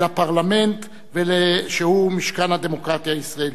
לפרלמנט, שהוא משכן הדמוקרטיה הישראלית.